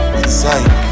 inside